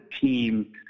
team